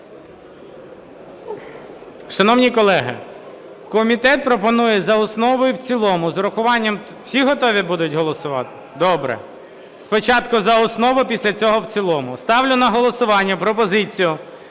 Шановні колеги, комітет пропонує за основу і в цілому з урахуванням. Всі готові будуть голосувати? Добре. Спочатку за основу, після цього в цілому. Ставлю на голосування пропозицію